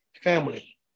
Family